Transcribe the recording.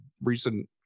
recent